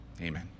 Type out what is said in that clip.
Amen